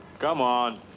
come on.